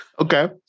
Okay